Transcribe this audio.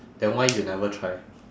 then why you never try